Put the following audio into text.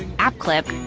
app clip.